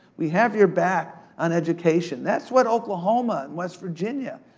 we have your back on education, that's what oklahoma, west virginia,